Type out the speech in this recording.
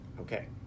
okay